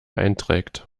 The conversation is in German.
einträgt